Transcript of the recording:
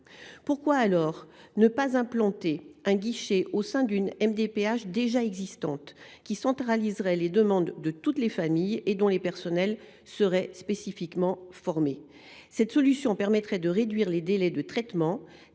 pourquoi ne pas implanter un guichet au sein d’une MDPH existante, qui centraliserait les demandes de toutes les familles et dont les personnels seraient spécifiquement formés ?